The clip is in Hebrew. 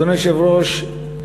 אדוני היושב-ראש,